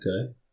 Okay